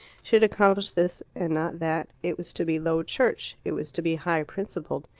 should accomplish this and not that. it was to be low church, it was to be high-principled,